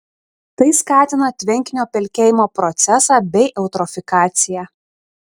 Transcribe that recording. tai skatina tvenkinio pelkėjimo procesą bei eutrofikaciją